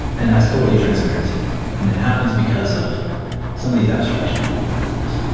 and that's totally transparent to you, and that happens because of some of these abstractions that we put into place